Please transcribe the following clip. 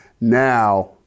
Now